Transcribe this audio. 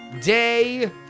Day